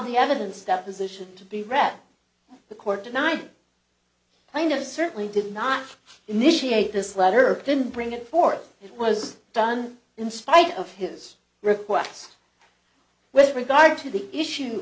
the evidence deposition to be read the court tonight i know certainly did not initiate this letter didn't bring it forth it was done in spite of his requests with regard to the issue